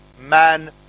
man